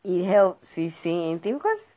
it helps if saying anything because